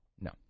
No